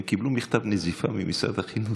הם קיבלו מכתב נזיפה ממשרד החינוך: